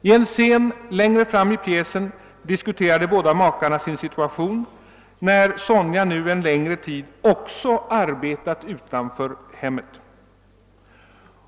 I en scen längre fram i pjäsen diskuterar de båda makarna sin situation, när Sonja nu en längre tid också arbetat utanför hemmet.